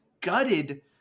gutted